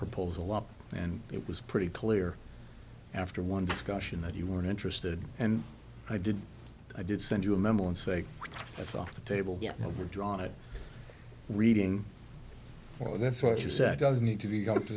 proposal up and it was pretty clear after one discussion that you were interested and i did i did send you a memo and say that's off the table get over drawn it reading or that's what you said doesn't need to be